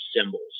symbols